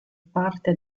parte